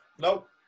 Nope